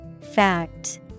Fact